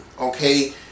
Okay